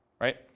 right